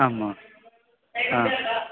आं महो आम्